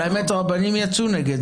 אבל האמת, רבנים יצאו נגד זה.